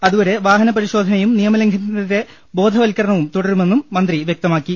അതുവരെ വാഹന പരിശോധനയും നിയമലംഘനത്തിനെതിരെ ബോധ്വത്കരണവും തുടരുമെന്നും മന്ത്രി വൃക്തമാക്കി